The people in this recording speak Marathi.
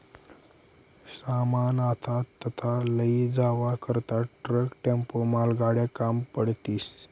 सामान आथा तथा लयी जावा करता ट्रक, टेम्पो, मालगाड्या काम पडतीस